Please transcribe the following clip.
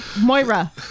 Moira